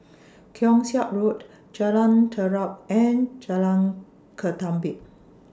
Keong Saik Road Jalan Terap and Jalan Ketumbit